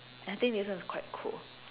I think this is quite cool